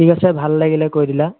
ঠিক আছে ভাল লাগিলে কৈ দিলা